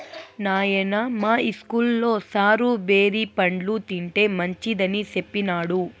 నాయనా, మా ఇస్కూల్లో సారు బేరి పండ్లు తింటే మంచిదని సెప్పినాడు